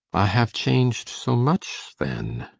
i have changed so much, then?